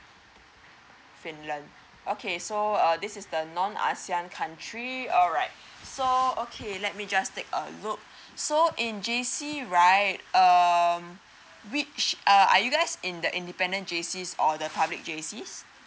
finland okay so uh this is the non asean country alright so okay let me just take a look so in J_C right um which are are you guys in the independent J_C or the public J_C